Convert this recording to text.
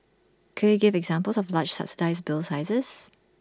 could you give examples of large subsidised bill sizes